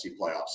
playoffs